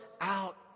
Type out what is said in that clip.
out